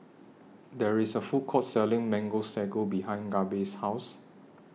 There IS A Food Court Selling Mango Sago behind Gabe's House